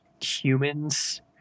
humans